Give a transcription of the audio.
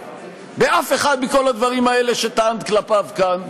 באף אחד מכל הדברים האלה שטענתְ כלפיו כאן,